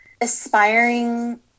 aspiring